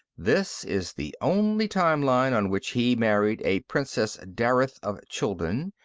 this is the only time-line on which he married a princess darith of chuldun,